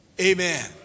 Amen